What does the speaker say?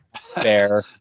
Fair